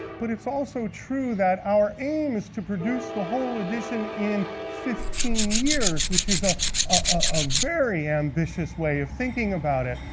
but it's also true that our aim is to produce the whole edition in fifteen years, which is ah a very ambitious way of thinking about it.